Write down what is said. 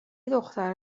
دختر